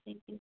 thank you